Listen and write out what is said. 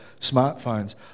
smartphones